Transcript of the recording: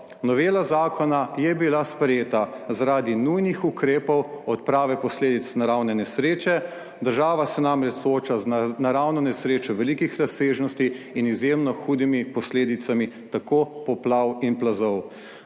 novela zakona je bila sprejeta zaradi nujnih ukrepov odprave posledic naravne nesreče, država se namreč sooča z naravno nesrečo velikih razsežnosti in izjemno hudimi posledicami poplav in plazov.